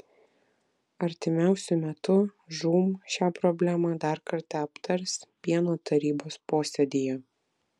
artimiausiu metu žūm šią problemą dar kartą aptars pieno tarybos posėdyje